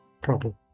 problem